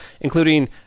including